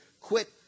quit